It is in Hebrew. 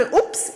ואופס,